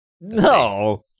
No